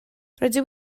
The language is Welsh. rydw